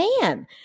man